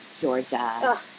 Georgia